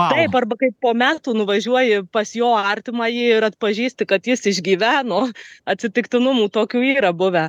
taip arba kaip po metų nuvažiuoji pas jo artimąjį ir atpažįsti kad jis išgyveno atsitiktinumų tokių yra buvę